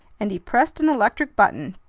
and he pressed an electric button,